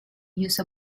use